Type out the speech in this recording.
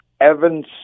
Evans